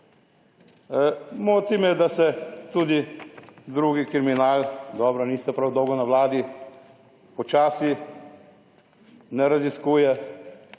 Moti me, da se tudi drugi kriminal, dobro, niste prav dolgo na Vladi, počasi ne raziskuje.